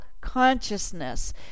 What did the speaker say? consciousness